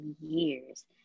years